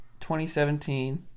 2017